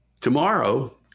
tomorrow